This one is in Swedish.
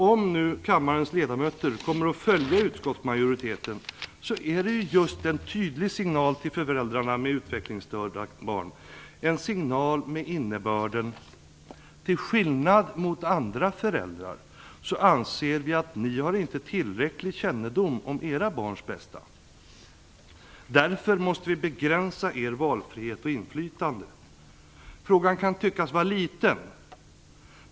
Om nu kammarens ledamöter kommer att följa utskottsmajoritetens förslag ger det en tydlig signal till föräldrar till utvecklingsstörda barn, en signal med innebörden: Till skillnad från andra föräldrar anser vi att ni inte har tillräcklig kännedom om era barns bästa. Därför måste vi begränsa er valfrihet och ert inflytande. Frågan kan tyckas vara liten.